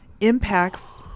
impacts